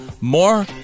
more